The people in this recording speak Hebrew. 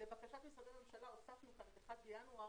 לבקשת משרדי הממשלה הוספנו את ה-1 בינואר